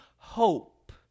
hope